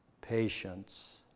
patience